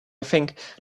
think